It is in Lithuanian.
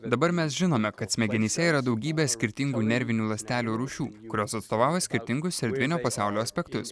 dabar mes žinome kad smegenyse yra daugybė skirtingų nervinių ląstelių rūšių kurios atstovauja skirtingus erdvinio pasaulio aspektus